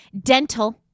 dental